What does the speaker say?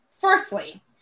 Firstly